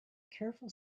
careful